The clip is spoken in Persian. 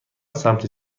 سمت